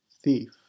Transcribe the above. thief